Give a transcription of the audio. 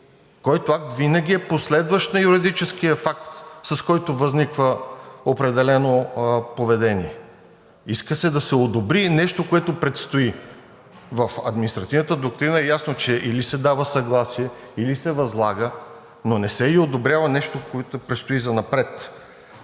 който акт винаги е последващ на юридическия факт, с който възниква определено поведение. Иска се да се одобри нещо, което предстои! В административната доктрина е ясно, че или се дава съгласие, или се възлага, но не се одобрява нещо, което предстои занапред.